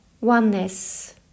oneness